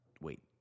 wait